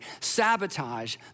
sabotage